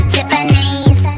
Tiffany's